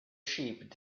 sheep